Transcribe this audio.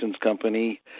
company